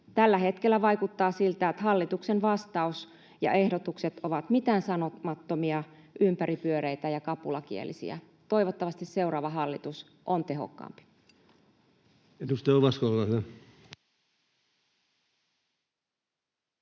Tällä hetkellä vaikuttaa siltä, että hallituksen vastaus ja ehdotukset ovat mitäänsanomattomia, ympäripyöreitä ja kapulakielisiä. Toivottavasti seuraava hallitus on tehokkaampi.